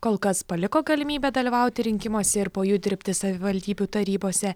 kol kas paliko galimybę dalyvauti rinkimuose ir po jų dirbti savivaldybių tarybose